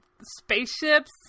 spaceships